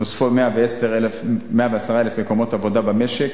נוספו 110,000 מקומות עבודה במשק,